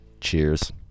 Cheers